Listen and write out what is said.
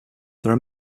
there